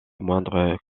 moindre